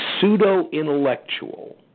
pseudo-intellectual